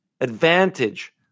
advantage